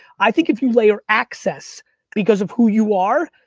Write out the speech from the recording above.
i think if you layer access because of who you are,